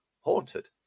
haunted